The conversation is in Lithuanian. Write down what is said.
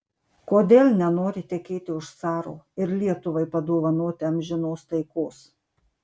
kodėl nenori tekėti už caro ir lietuvai padovanoti amžinos taikos